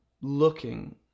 looking